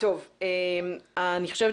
אני חושבת